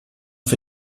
für